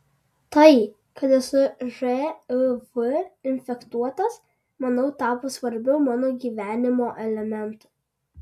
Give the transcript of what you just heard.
tai kad esu živ infekuotas manau tapo svarbiu mano gyvenimo elementu